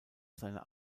seiner